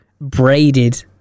braided